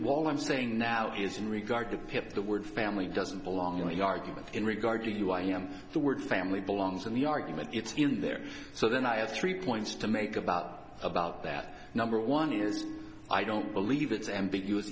wall i'm saying now is in regard to the word family doesn't belong in the argument in regard to you i am the word family belongs in the argument it's in there so then i have three points to make about about that number one is i don't believe it's ambiguous